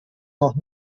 noch